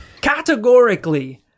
categorically